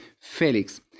Felix